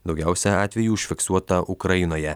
daugiausia atvejų užfiksuota ukrainoje